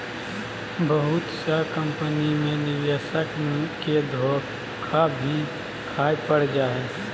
बहुत सा कम्पनी मे निवेशक के धोखा भी खाय पड़ जा हय